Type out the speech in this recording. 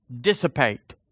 dissipate